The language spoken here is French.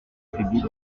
public